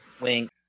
Wink